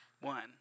one